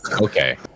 Okay